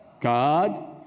God